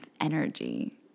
energy